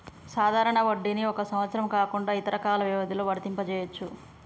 సాధారణ వడ్డీని ఒక సంవత్సరం కాకుండా ఇతర కాల వ్యవధిలో వర్తింపజెయ్యొచ్చు